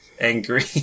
Angry